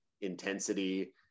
intensity